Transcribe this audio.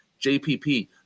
JPP